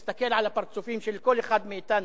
תסתכל על הפרצופים של כל אחד מאתנו,